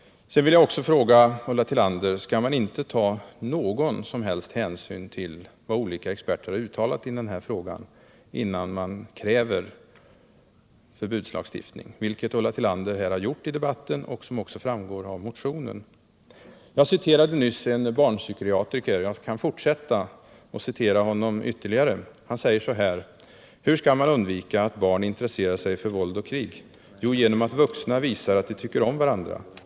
Jag vill också fråga Ulla Tillander: Skall man inte ta någon som helst hänsyn till vad olika experter har uttalat i frågan innan man kräver förbudslagstiftning, som Ulia Tillander har gjort här i debatten och som också framgår av motionen? Jag citerade nyss en barnpsykiatriker, och jag kan fortsätta att citera honom ytterligare. Han säger: ”Hur man skall undvika att barn intresserar sig för krig och våld? —- Jo, genom att vuxna visar att de tycker om varandra.